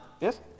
Yes